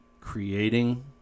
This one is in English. creating